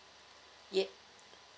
yea